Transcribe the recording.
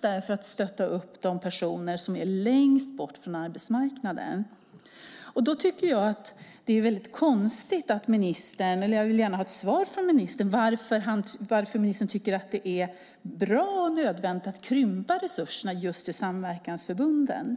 för att stötta de personer som är längst bort från arbetsmarknaden. Jag vill gärna veta varför ministern tycker att det är bra och nödvändigt att krympa resurserna till samverkansförbunden.